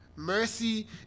Mercy